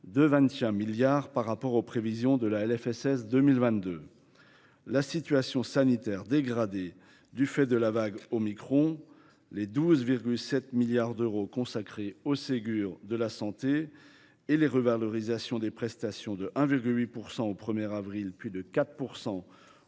de la loi de financement de la sécurité sociale de 2022. La situation sanitaire dégradée du fait de la vague Omicron, les 12,7 milliards d’euros consacrés au Ségur de la santé et les revalorisations des prestations de 1,8 % au 1 avril, puis de 4